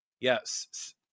yes